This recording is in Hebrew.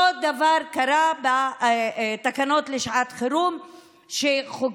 אותו דבר קרה בתקנות לשעת חירום שקיבלו